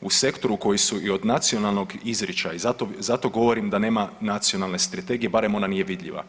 u sektoru koji su i od nacionalnog izričaja i zato govorim da nema nacionalne strategije, barem ona nije vidljiva.